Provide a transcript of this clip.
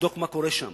לבדוק מה קורה שם,